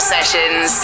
Sessions